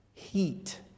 Heat